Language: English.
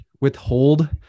withhold